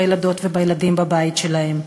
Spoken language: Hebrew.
בילדות ובילדים בבית שלהם,